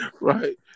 right